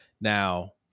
Now